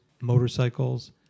motorcycles